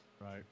Right